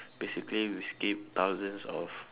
basically we skip thousands of